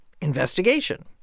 investigation